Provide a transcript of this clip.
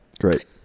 Great